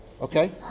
okay